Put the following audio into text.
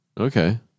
Okay